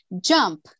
jump